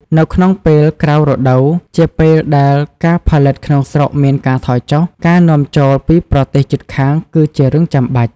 នៅក្នុងពេលក្រៅរដូវ ជាពេលដែលការផលិតក្នុងស្រុកមានការថយចុះ ការនាំចូលពីប្រទេសជិតខាងគឺជារឿងចាំបាច់។